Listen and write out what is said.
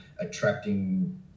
attracting